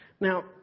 Now